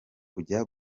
kujya